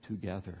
together